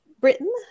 Britain